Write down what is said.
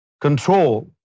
control